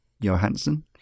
Johansson